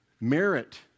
merit